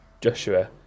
Joshua